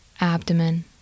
abdomen